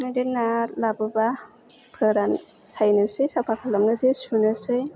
बे ना लाबोबा फोरान सायनोसै साफा खालामनोसै सुनोसै